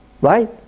right